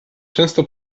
często